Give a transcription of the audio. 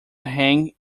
hang